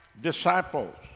disciples